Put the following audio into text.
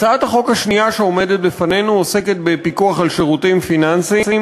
הצעת החוק השנייה שעומדת בפנינו עוסקת בפיקוח על שירותים פיננסיים,